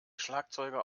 schlagzeuger